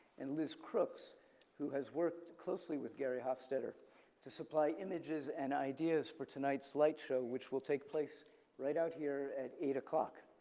and liz crooks who has worked closely with gerry hofstetter to supply images and ideas for tonight's light show which will take place right out here at eight o'clock.